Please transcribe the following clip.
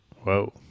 Whoa